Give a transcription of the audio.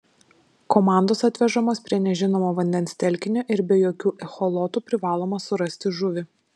komandos atvežamos prie nežinomo vandens telkinio ir be jokių echolotų privaloma surasti žuvį